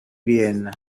vienna